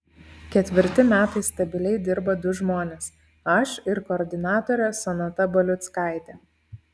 ketvirti metai stabiliai dirba du žmonės aš ir koordinatorė sonata baliuckaitė